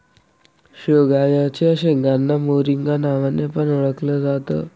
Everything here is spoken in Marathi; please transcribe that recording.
शेवग्याच्या शेंगांना मोरिंगा नावाने पण ओळखल जात